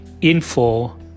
info